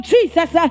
Jesus